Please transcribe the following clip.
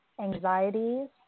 anxieties